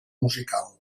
musical